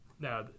now